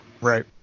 Right